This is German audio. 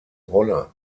rolle